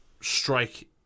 strike